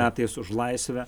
metais už laisvę